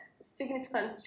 significant